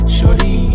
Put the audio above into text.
Shorty